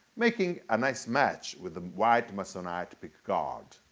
making a nice match with the white masonite pickguard.